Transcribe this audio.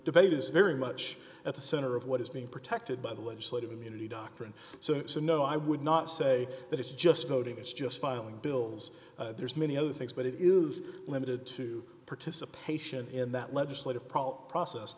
debate is very much at the center of what is being protected by the legislative immunity doctrine so it's a no i would not say that it's just noting it's just filing bills there's many other things but it is limited to participation in that legislative process